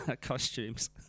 costumes